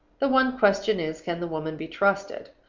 the one question is, can the woman be trusted?